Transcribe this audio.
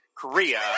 Korea